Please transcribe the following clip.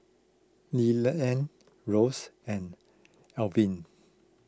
Leland Ross and Alvin